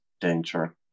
danger